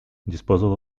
disposal